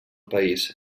país